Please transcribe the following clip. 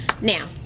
now